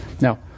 Now